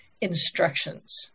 instructions